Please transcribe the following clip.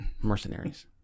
mercenaries